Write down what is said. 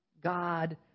God